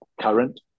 current